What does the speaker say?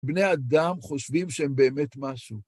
בני אדם חושבים שהם באמת משהו.